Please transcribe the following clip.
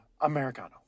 Americano